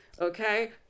okay